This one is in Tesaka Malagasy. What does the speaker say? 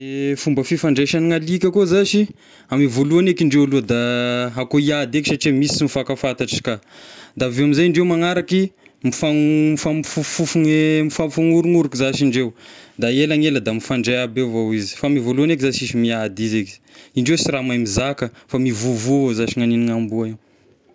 Ny fomba fifandraisagn'ny alika koa zashy, ame voalohany eky indreo aloha da akoa hiady eky satria misy sy mifankafantatry ka, da avy eo amin'izay indreo magnaraky mifagn- mifampifofogna mifampignorognoroka zashy indreo, da ela ny ela da mifandray aby avao izy fa ame voalohany eky zashy sisy miady izy eky, indreo sy raha mahay mizaka fa mivovo zashy ny agn'amboa io.